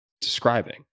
describing